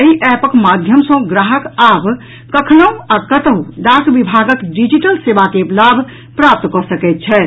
एहि एपक माध्यम सॅ ग्राहक आब कखनहू आ कतहू डाक विभागक डिजिटल सेवा के लाभ प्राप्त कऽ सकैत छथि